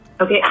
Okay